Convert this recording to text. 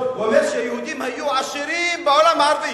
ואומר שהיהודים היו עשירים בעולם הערבי.